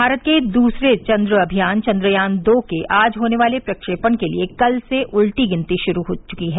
भारत के दूसरे चन्द्र अभियान चन्द्रयान दो के आज होने वाले प्रक्षेपण के लिए कल से उल्टी गिनती शुरू हो चुकी है